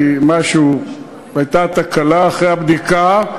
כי הייתה תקלה אחרי הבדיקה,